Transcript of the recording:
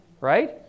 right